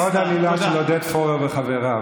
עוד עלילה של עודד פורר וחבריו.